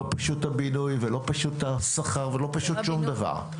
לא פשוט הבינוי, ולא השכר, ולא פשוט שום דבר.